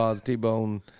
t-bone